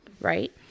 right